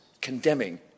condemning